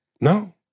No